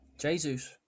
Jesus